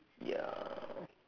ya